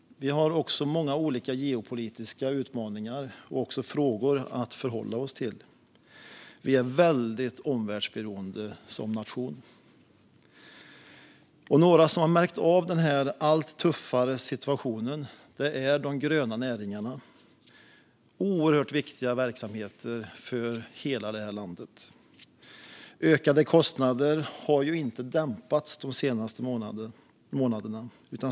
Vi har också många olika geopolitiska utmaningar och frågor att förhålla oss till. Vi är väldigt omvärldsberoende som nation. Några som har märkt av den allt tuffare situationen är de gröna näringarna. Det är oerhört viktiga verksamheter för hela landet. Ökade kostnader har inte dämpats de senaste månaderna.